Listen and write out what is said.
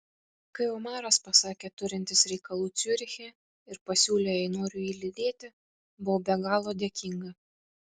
kai omaras pasakė turintis reikalų ciuriche ir pasiūlė jei noriu jį lydėti buvau be galo dėkinga